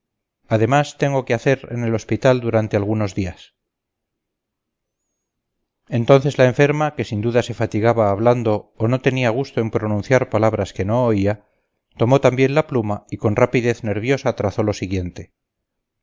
además tengo que hacer en el hospital durante algunos días entonces la enferma que sin duda se fatigaba hablando o no tenía gusto en pronunciar palabras que no oía tomó también la pluma y con rapidez nerviosa trazó lo siguiente